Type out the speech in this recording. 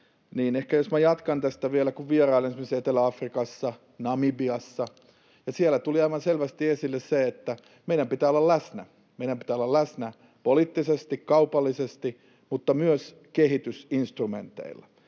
ehkä minä jatkan tästä vielä. Kun vierailin esimerkiksi Etelä-Afrikassa, Namibiassa, niin siellä tuli aivan selvästi esille se, että meidän pitää olla läsnä. Meidän pitää olla läsnä poliittisesti, kaupallisesti mutta myös kehitysinstrumenteilla,